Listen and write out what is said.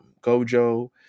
Gojo